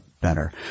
better